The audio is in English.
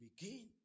begin